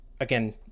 again